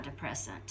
antidepressant